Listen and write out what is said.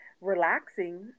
relaxing